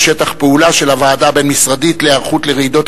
שטח פעולה של הוועדה הבין-משרדית להיערכות לרעידות